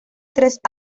tres